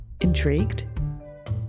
Intrigued